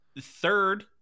third